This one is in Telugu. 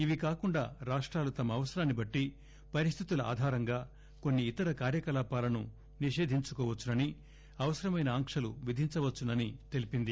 ఇవి కాకుండా రాష్టాలు తమ అవసరాన్ని బట్టి పరిస్దితుల ఆధారంగా కొన్ని ఇతర కార్యకలాపాలను నిషేధించుకోవచ్చునని అవసరమైన ఆంక్షలు విధించవచ్చునని తెలిపింది